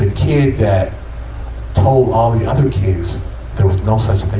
kid that told all the other kids there was no such